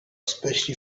especially